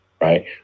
right